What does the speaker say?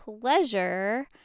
pleasure